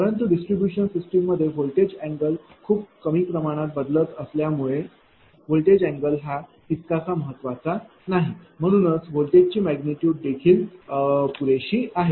परंतु distribution system मध्ये voltage angle खूप कमी प्रमाणात बदलत असल्यामुळेआहे व्होल्टेज अँगल हा तितकासा महत्त्वाचा नाही म्हणूनच व्होल्टेजची मॅग्निट्यूड देखील पुरेशी आहे